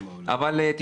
אבל,